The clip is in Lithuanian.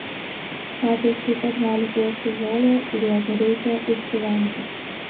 katės taip pat gali ėsti žolę ir jeigu reikia išsivemti